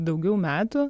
daugiau metų